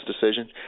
decision